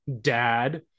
Dad